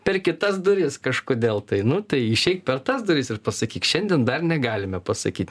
per kitas duris kažkodėl nu tai išeik per tas duris ir pasakyk šiandien dar negalime pasakyt